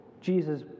Jesus